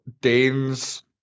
Danes